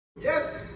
Yes